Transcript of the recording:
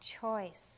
choice